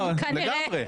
לגמרי.